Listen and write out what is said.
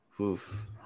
oof